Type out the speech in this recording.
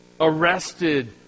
arrested